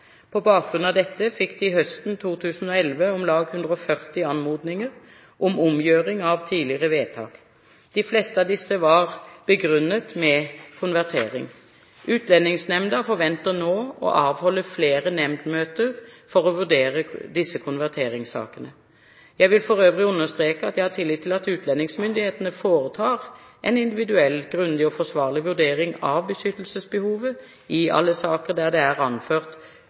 På bakgrunn av dette fikk de høsten 2011 om lag 140 anmodninger om omgjøring av tidligere vedtak. De fleste av disse var begrunnet med konvertering. Utlendingsnemnda forventer nå å avholde flere nemndmøter for å vurdere disse konverteringssakene. Jeg vil for øvrig understreke at jeg har tillit til at utlendingsmyndighetene foretar en individuell, grundig og forsvarlig vurdering av beskyttelsesbehovet i alle saker der det er anført